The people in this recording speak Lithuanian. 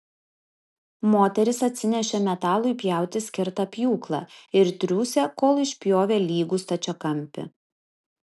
moterys atsinešė metalui pjauti skirtą pjūklą ir triūsė kol išpjovė lygų stačiakampį